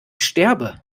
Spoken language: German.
sterbe